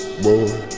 boy